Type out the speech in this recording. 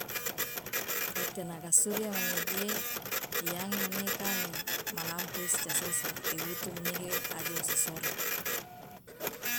o tenaga surya manege iyange manege kan ma lampu isi cas osi iwutu manege aje wosi sora.